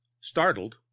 Startled